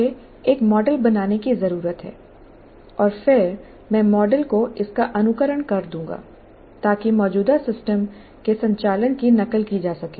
मुझे एक मॉडल बनाने की जरूरत है और फिर मैं मॉडल को इसका अनुकरण कर दूंगा ताकि मौजूदा सिस्टम के संचालन की नकल की जा सके